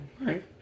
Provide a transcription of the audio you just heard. right